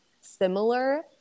similar